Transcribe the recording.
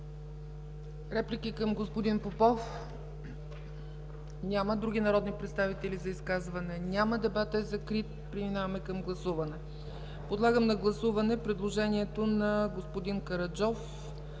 Реплики към господин Попов? Няма. Други народни представители за изказване? Няма. Дебатът е закрит. Преминаване към гласуване. Подлагам на гласуване предложението на господин Караджов